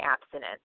abstinence